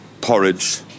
porridge